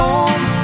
Home